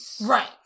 Right